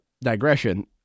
digression